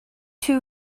two